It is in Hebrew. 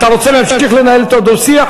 אתה רוצה להמשיך לנהל אתו דו-שיח?